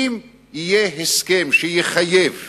אם יהיה הסכם שיחייב